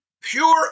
pure